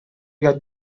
your